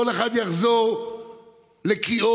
כל אחד יחזור לקיאו.